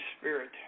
Spirit